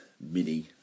Mini